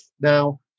Now